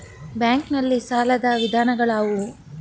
Bank ನಲ್ಲಿ ಸಾಲದ ವಿಧಗಳಾವುವು?